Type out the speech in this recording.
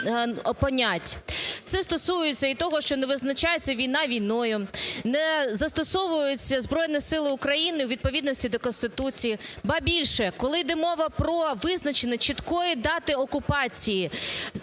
Це стосується і того, що не визначається війна війною, не застосовуються Збройні Сили України у відповідності до Конституції, більше, коли йде мова про визначення чіткої дати окупації